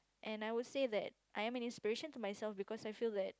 and I would say that I am an inspiration to myself because I feel that